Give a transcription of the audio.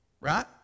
right